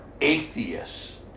atheists